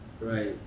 right